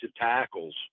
tackles